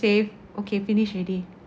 save okay finished already